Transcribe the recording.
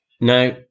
now